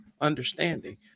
understanding